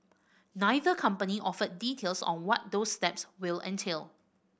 neither company offered details on what those steps will entail